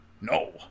No